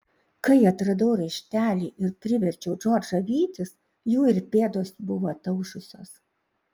kai atradau raštelį ir priverčiau džordžą vytis jų ir pėdos buvo ataušusios